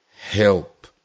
help